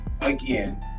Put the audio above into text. again